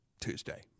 Tuesday